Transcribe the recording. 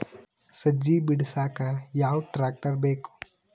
ಸಜ್ಜಿ ಬಿಡಸಕ ಯಾವ್ ಟ್ರ್ಯಾಕ್ಟರ್ ಬೇಕು?